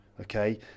okay